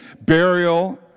burial